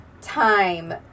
time